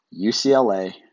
UCLA